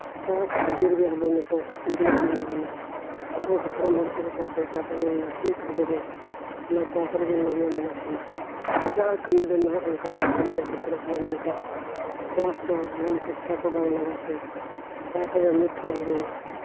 ᱪᱟᱥ ᱠᱷᱟᱹᱛᱤᱨ ᱜᱮ ᱟᱵᱚ ᱱᱤᱛᱚᱜ ᱡᱤᱣᱮᱫ ᱢᱮᱱᱟᱜ ᱵᱚᱱᱟ ᱟᱵᱚ ᱦᱟᱯᱲᱟᱢ ᱦᱚᱲ ᱪᱮᱫᱠᱟ ᱠᱚ ᱪᱟᱥ ᱟᱹᱜᱩ ᱞᱮᱫᱟ ᱴᱷᱤᱠ ᱟᱵᱚ ᱦᱚᱸ ᱚᱱᱟ ᱪᱟᱥ ᱨᱮᱜᱮ ᱞᱟᱜᱟᱱ ᱢᱮᱱᱟᱜ ᱵᱚᱱᱟ ᱮᱴᱟᱜᱼᱟ ᱠᱟᱹᱢᱤ ᱫᱚ ᱱᱟᱦᱟᱜ ᱚᱱᱠᱟ ᱫᱚ ᱵᱟᱵᱚᱱ ᱢᱮᱫ ᱞᱩᱨᱟᱜ ᱠᱟᱱᱟ ᱢᱮᱱᱠᱷᱟᱡ ᱪᱟᱥ ᱫᱚ ᱡᱟᱦᱟᱱ ᱥᱤᱠᱪᱷᱟ ᱠᱚ ᱵᱟᱝ ᱞᱟᱜᱟᱜ ᱛᱮ ᱪᱟᱥ ᱨᱮᱫᱚ ᱱᱤᱛ ᱦᱚᱸ ᱟᱵᱚ